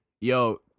Yo